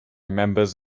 members